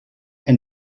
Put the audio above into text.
and